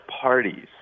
parties